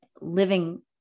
living